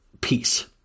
peace